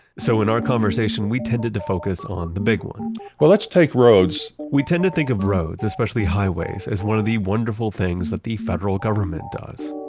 so in our conversation, we tended to focus on the big one well, let's take roads we tend to think of roads, especially highways, as one of the wonderful things that the federal government does.